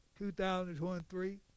2023